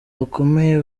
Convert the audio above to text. bakomeye